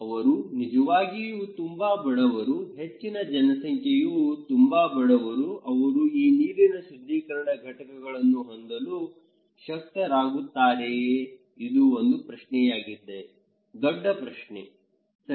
ಅವರು ನಿಜವಾಗಿಯೂ ತುಂಬಾ ಬಡವರು ಹೆಚ್ಚಿನ ಜನಸಂಖ್ಯೆಯು ತುಂಬಾ ಬಡವರು ಅವರು ಈ ನೀರಿನ ಶುದ್ಧೀಕರಣ ಘಟಕಗಳನ್ನು ಹೊಂದಲು ಶಕ್ತರಾಗುತ್ತಾರೆಯೇ ಇದು ಒಂದು ಪ್ರಶ್ನೆಯಾಗಿದೆ ದೊಡ್ಡ ಪ್ರಶ್ನೆ ಸರಿ